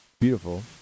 Beautiful